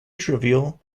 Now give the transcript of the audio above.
trivial